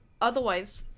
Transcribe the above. otherwise